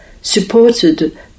supported